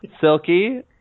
Silky